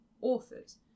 authors